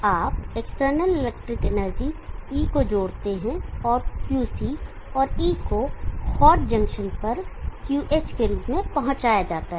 आप external electric energy E को जोड़ते हैं और Qc और E को हॉट जंक्शन पर Qh के रूप में पहुँचाया जाता है